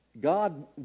God